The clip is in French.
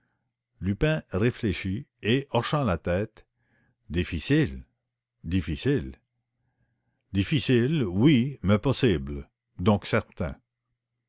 lupin réfléchit et hochant la tête difficile difficile difficile oui mais possible donc certain